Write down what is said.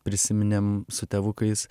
prisiminėm su tėvukais